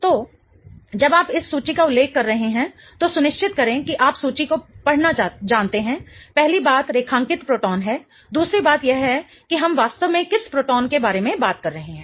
तो जब आप इस सूची का उल्लेख कर रहे हैं तो सुनिश्चित करें कि आप सूची को पढ़ना जानते हैं पहली बात रेखांकित प्रोटॉन है दूसरी बात यह है कि हम वास्तव में किस प्रोटॉन के बारे में बात कर रहे हैं